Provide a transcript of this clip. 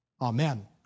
Amen